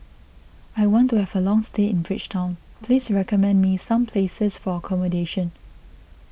I want to have a long stay in Bridgetown please recommend me some places for accommodation